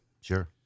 sure